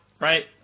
right